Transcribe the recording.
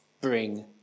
bring